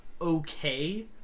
okay